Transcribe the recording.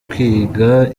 kwiga